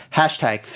hashtag